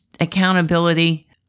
accountability